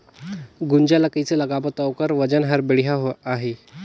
गुनजा ला कइसे लगाबो ता ओकर वजन हर बेडिया आही?